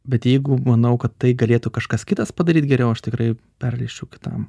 bet jeigu manau kad tai galėtų kažkas kitas padaryt geriau aš tikrai perleisčiau kitam